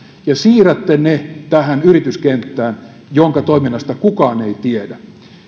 ja siirtää ne tähän yrityskenttään jonka toiminnasta kukaan ei tiedä